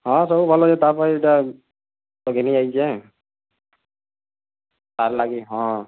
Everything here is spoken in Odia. ହଁ ସବୁ ଭଲ୍ ଅଛେ ତା'ପାଇଁ ଏଟା ତ ଘିନି ଆଇଛେଁ ତା'ର୍ ଲାଗି ହଁ